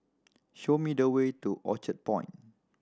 show me the way to Orchard Point